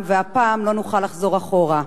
והפעם לא נוכל לחזור אחורה.